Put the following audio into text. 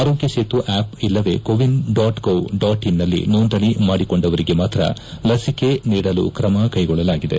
ಆರೋಗ್ನ ಸೇತು ಆಪ್ ಇಲ್ಲವೆ CoWIN dot gov dot ಇನ್ನಲ್ಲಿ ನೋಂದಣಿ ಮಾಡಿಕೊಂಡರಿಗೆ ಮಾತ್ರ ಲಸಿಕೆ ನೀಡಲು ಕ್ರಮ ಕೈಗೊಳ್ಳಲಾಗಿದೆ